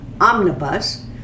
omnibus